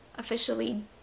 officially